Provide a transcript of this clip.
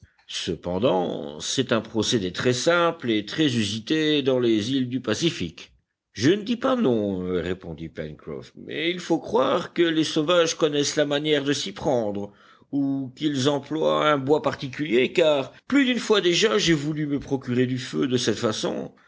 cependant c'est un procédé très simple et très usité dans les îles du pacifique je ne dis pas non répondit pencroff mais il faut croire que les sauvages connaissent la manière de s'y prendre ou qu'ils emploient un bois particulier car plus d'une fois déjà j'ai voulu me procurer du feu de cette façon